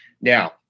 Now